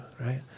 right